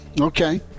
Okay